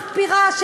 מחפירה,